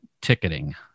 ticketing